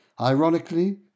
Ironically